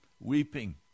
weeping